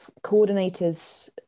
coordinators